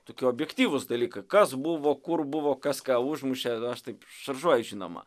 tokie objektyvūs dalykai kas buvo kur buvo kas ką užmušė aš taip šaržuoju žinoma